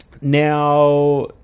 Now